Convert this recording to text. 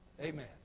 Amen